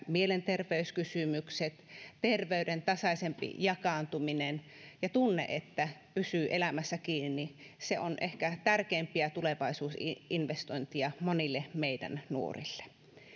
mielenterveyskysymyksistä terveyden tasaisemmasta jakaantumisesta ja tunteesta että pysyy elämässä kiinni on ehkä tärkeimpiä tulevaisuusinvestointeja monille meidän